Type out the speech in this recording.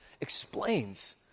explains